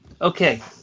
Okay